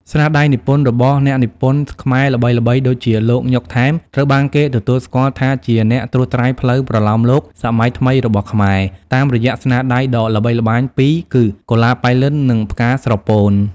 ស្នាដៃនិពន្ធរបស់អ្នកនិពន្ធខ្មែរល្បីៗដូចជាលោក ញ៉ុក ថែម ត្រូវបានគេទទួលស្គាល់ថាជាអ្នកត្រួសត្រាយផ្លូវប្រលោមលោកសម័យថ្មីរបស់ខ្មែរតាមរយៈស្នាដៃដ៏ល្បីល្បាញពីរគឺ កុលាបប៉ៃលិន និង ផ្កាស្រពោន។